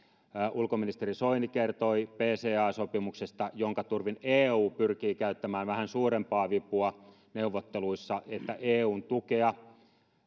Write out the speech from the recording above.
ulkoministeri soini kertoi pca sopimuksesta jonka turvin eu pyrkii käyttämään vähän suurempaa vipua neuvotteluissa että eun tukea